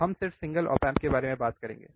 हम सिर्फ single op amp के बारे में बात करेंगे